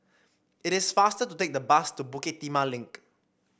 it is faster to take the bus to Bukit Timah Link